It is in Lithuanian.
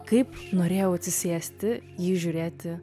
kaip norėjau atsisėsti jį žiūrėti